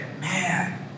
man